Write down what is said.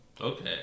okay